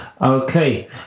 Okay